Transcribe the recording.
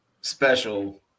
special